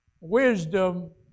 wisdom